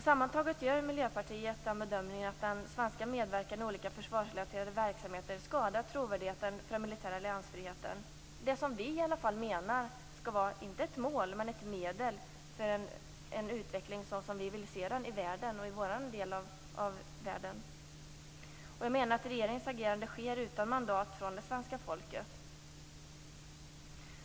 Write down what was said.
Sammantaget gör Miljöpartiet den bedömningen att den svenska medverkan i olika försvarsrelaterade verksamheter skadar trovärdigheten för den militära alliansfriheten, det som vi i alla fall menar skall vara inte ett mål utan ett medel för den utveckling som vi vill se i vår del av världen. Regeringens agerande sker utan mandat från svenska folket.